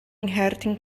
ngherdyn